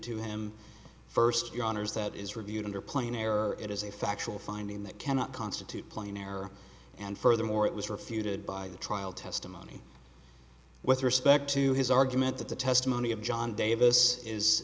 to him first your honour's that is reviewed underplaying error it is a factual finding that cannot constitute plain error and furthermore it was refuted by the trial testimony with respect to his argument that the testimony of john davis is